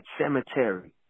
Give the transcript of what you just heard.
cemetery